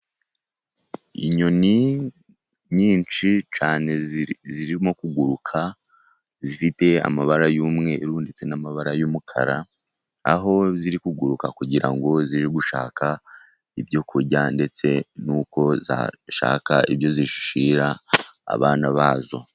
Inyoni nyinshi cyane zirimo kuguruka, zifite amabara y'umweru, ndetse n'amabara y'umukara, aho ziri kuguruka kugira ngo zijye gushaka ibyo kurya, ndetse n'uko zashaka ibyo zishyira abana bazo.